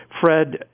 Fred